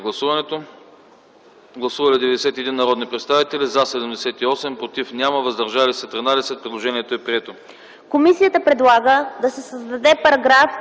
Гласували 88 народни представители: за 83, против няма, въздържали се 5. Предложението е прието.